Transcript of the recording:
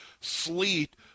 sleet